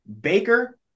Baker